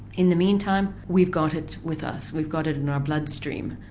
in the meantime we've got it with us, we've got it in our bloodstream,